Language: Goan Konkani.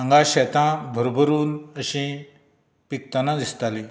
हांगा शेतां भरभरून तशीं पिकतना दिसतालीं